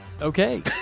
Okay